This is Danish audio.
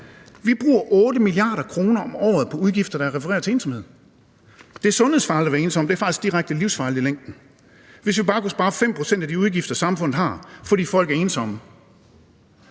Vi bruger 8 mia. kr. om året på udgifter, der er relateret til ensomhed. Det er sundhedsfarligt at være ensom. Det er faktisk direkte livsfarligt i længden. Hvis vi bare kunne spare 5 pct. af de udgifter, samfundet har, fordi folk er ensomme,